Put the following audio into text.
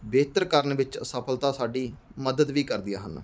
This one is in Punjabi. ਬਿਹਤਰ ਕਰਨ ਵਿੱਚ ਅਸਫਲਤਾ ਸਾਡੀ ਮਦਦ ਵੀ ਕਰਦੀਆਂ ਹਨ